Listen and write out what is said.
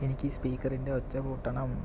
എനിക്ക് സ്പീക്കറിൻ്റെ ഒച്ച കൂട്ടണം